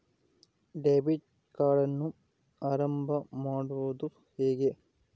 Debit ಕಾರ್ಡನ್ನು ಆರಂಭ ಮಾಡೋದು ಹೇಗೆ?